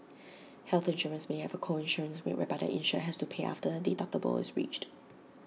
health insurance may have A co insurance rate whereby the insured has to pay after the deductible is reached